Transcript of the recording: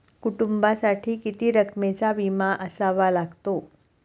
कुटुंबासाठी किती रकमेचा विमा असावा लागतो?